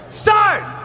start